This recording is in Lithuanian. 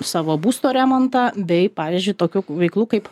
savo būsto remontą bei pavyzdžiui tokių veiklų kaip